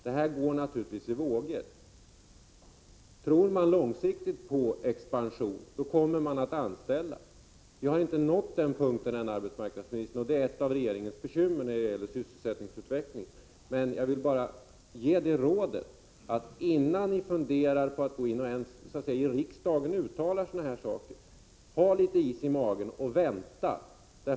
Detta går naturligtvis i vågor. Tror man långsiktigt på expansion kommer man att anställa. Vi har inte nått dit än, arbetsmarknadsministern, och det är ett av regeringens bekymmer när det gäller sysselsättningsutvecklingen. Jag vill ge det rådet att innan ni funderar över att i riksdagen uttala sådana här saker ha litet is i magen och vänta.